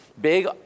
big